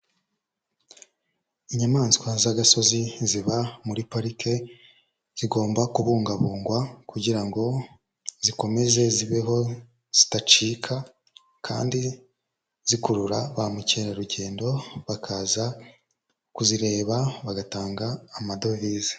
Inyamaswa z'agasozi ziba muri parike zigomba kubungabungwa kugira ngo zikomeze zibeho zidacika kandi zikurura ba mukerarugendo, bakaza kuzireba bagatanga amadovize.